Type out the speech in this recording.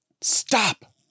stop